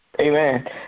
Amen